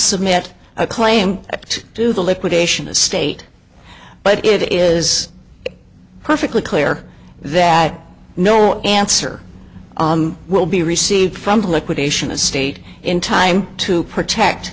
submit a claim to the liquidation estate but it is perfectly clear that no answer will be received from the liquid ation estate in time to protect